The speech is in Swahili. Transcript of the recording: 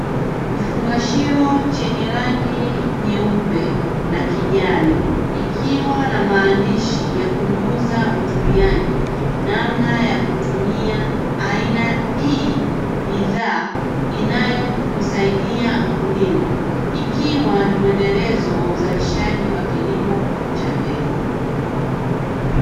Kifungashio chenye rangi nyeupe na kijani ikiwa na maandishi ya kumjuza mtumiaji namna ya kutumia aina hii ya bidhaa inayomsaidia mkulima, ikiwa ni mwendelezo wa uzalishaji wa kilimo cha mbegu.